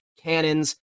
cannons